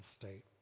state